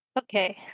Okay